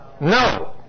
No